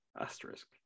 Asterisk